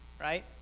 right